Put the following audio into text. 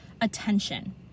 attention